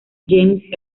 james